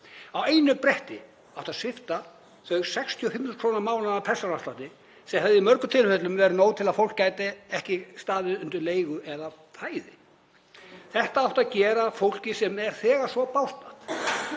Á einu bretti átti að svipta þau 65.000 kr. á mánuði, persónuafslætti, sem hefði í mörgum tilfellum verið nóg til að fólk gæti ekki staðið undir leigu eða fæði. Þetta átti að gera fólki sem er þegar svo bágstatt